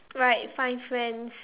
like find friends